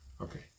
Okay